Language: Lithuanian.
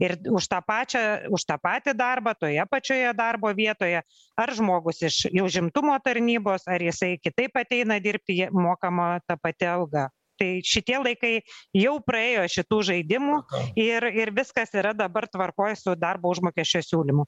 ir už tą pačią už tą patį darbą toje pačioje darbo vietoje ar žmogus iš užimtumo tarnybos ar jisai kitaip ateina dirbti ji mokama ta pati alga tai šitie laikai jau praėjo šitų žaidimų ir ir viskas yra dabar tvarkoj su darbo užmokesčio siūlymu